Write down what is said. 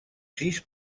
sis